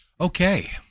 okay